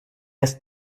ist